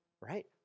right